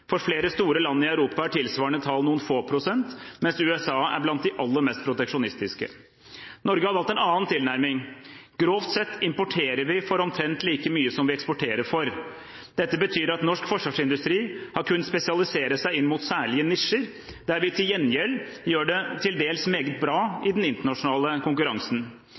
For flere store land i Europa er tilsvarende tall noen få prosent, mens USA er blant de aller mest proteksjonistiske. Norge har valgt en annen tilnærming. Grovt sett importerer vi for omtrent like mye som vi eksporterer for. Dette betyr at norsk forsvarsindustri har kunnet spesialisere seg inn mot særlige nisjer, der vi til gjengjeld gjør det til dels meget bra i den internasjonale konkurransen.